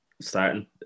starting